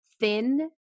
thin